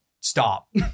stop